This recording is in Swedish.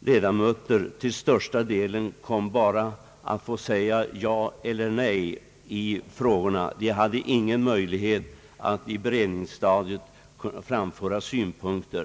ledamöter till största delen bara kommer att få säga ja eller nej i frågorna. De har ingen möjlighet att på beredningsstadiet framföra synpunkter.